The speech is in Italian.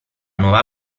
nuova